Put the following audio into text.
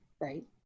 right